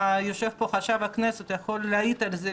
יושב פה חשב הכנסת והוא יכול להעיד על זה,